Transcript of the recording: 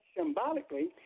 symbolically